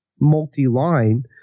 multi-line